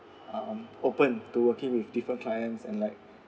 um open to working with different clients and like